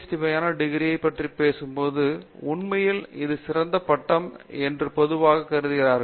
D வகையான டிகிரியைப் பற்றிப் பேசும்போது உண்மையில் இது சிறப்பு பட்டம் என்று பொதுவாகக் கருதிகிறார்கள்